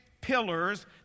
pillars